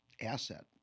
asset